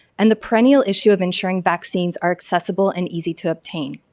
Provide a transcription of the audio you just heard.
and the perennial issue of ensuring vaccines are accessible and easy to obtain.